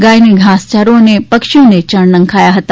ગાયને ધાસચારો અને પક્ષીઓને ચણ નાખ્યા હતા